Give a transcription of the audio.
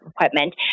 equipment